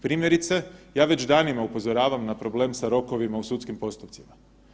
Primjerice, ja već danima upozoravam na problem sa rokovima u sudskim postupcima.